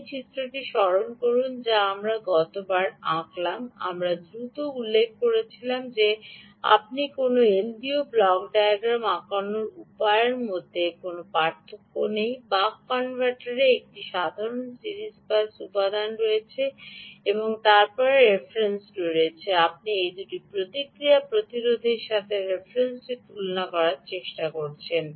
এই চিত্রটি স্মরণ করুন যা আমরা গতবার আঁকলাম আমরা দ্রুত উল্লেখ করেছিলাম যে আপনি কোনও এলডিওর ব্লক ডায়াগ্রাম আঁকানোর উপায়ের মধ্যে কোনও পার্থক্য নেই এবং বক কনভার্টারের একটি সাধারণ সিরিজ পাস উপাদান রয়েছে এখানে এবং তারপরে রেফারেন্সটি রয়েছে এবং আপনি এই দুটি প্রতিক্রিয়া প্রতিরোধকের সাথে রেফারেন্সটি তুলনা করার চেষ্টা করছেন